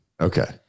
Okay